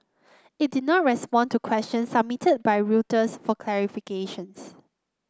it did not respond to questions submitted by Reuters for clarifications